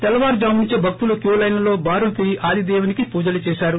తెల్లవారు జామునుంచే భక్తలు క్యూలైన్లలో బారులు తీరి ఆదిదేవునికి పూజలు చేశారు